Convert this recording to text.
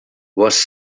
was